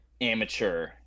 amateur